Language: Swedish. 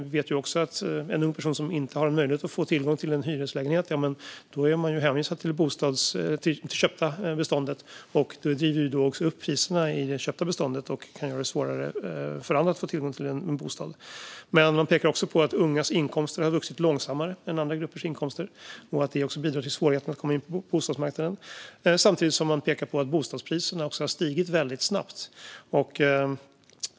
Vi vet ju också att en ung person som inte har möjlighet att få tillgång till en hyreslägenhet är hänvisad till det köpta beståndet. Det driver då upp priserna i det köpta beståndet och kan göra det svårare för andra att få tillgång till en bostad. Man pekar också på att ungas inkomster har vuxit långsammare än andra gruppers inkomster och att detta också bidrar till svårigheten att komma in på bostadsmarknaden. Samtidigt pekar Finansinspektionen på att bostadspriserna har stigit väldigt snabbt.